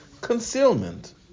concealment